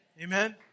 Amen